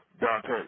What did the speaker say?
Dante